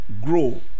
grow